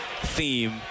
theme